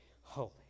holy